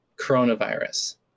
coronavirus